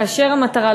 כאשר המטרה,